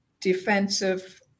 defensive